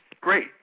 great